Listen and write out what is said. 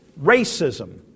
racism